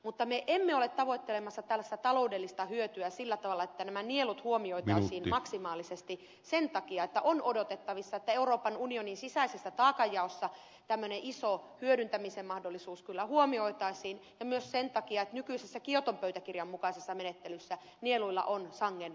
mutta me emme ole tavoittelemassa taloudellista hyötyä sillä tavalla että nämä nielut huomioitaisiin maksimaalisesti sen takia että on odotettavissa että euroopan unionin sisäisessä taakanjaossa tämmöinen iso hyödyntämisen mahdollisuus kyllä huomioitaisiin ja myös sen takia että nykyisessä kioton pöytäkirjan mukaisessa menettelyssä nieluilla on sangen rajallinen rooli